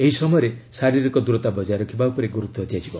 ଏହି ସମୟରେ ଶାରୀରିକ ଦୂରତା ବଜାୟ ରଖିବା ଉପରେ ଗୁରୁତ୍ୱ ଦିଆଯିବ